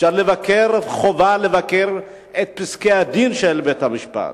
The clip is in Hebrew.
אפשר לבקר וחובה לבקר את פסקי-הדין של בית-המשפט,